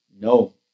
No